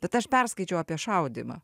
bet aš perskaičiau apie šaudymą